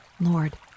Lord